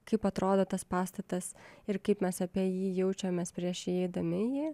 kaip atrodo tas pastatas ir kaip mes apie jį jaučiamės prieš įeidami į jį